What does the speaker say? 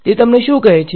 તે તમને શું કહે છે